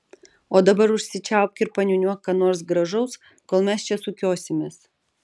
o dabar užsičiaupk ir paniūniuok ką nors gražaus kol mes čia sukiosimės